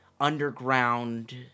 underground